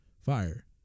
fire